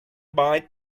bite